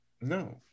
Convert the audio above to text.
No